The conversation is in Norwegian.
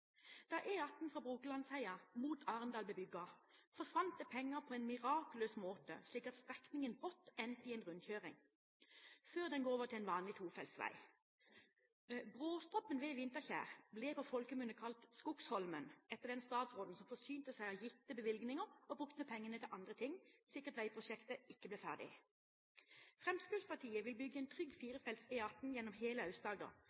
Da E18 fra Brokelandsheia mot Arendal ble bygget, forsvant det penger på en mirakuløs måte, slik at strekningen brått ender i en rundkjøring, før den går over til en vanlig tofeltsvei. Bråstoppen ved Vinterkjær blir på folkemunne kalt Skogsholmen, etter den statsråden som forsynte seg av gitte bevilgninger og brukte pengene til andre ting, slik at veiprosjektet ikke ble ferdig. Fremskrittspartiet vil bygge en trygg